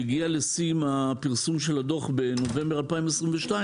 שהגיעה לשיא עם הפרסום של הדו"ח בנובמבר 2022,